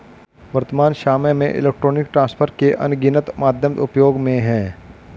वर्त्तमान सामय में इलेक्ट्रॉनिक ट्रांसफर के अनगिनत माध्यम उपयोग में हैं